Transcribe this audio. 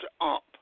up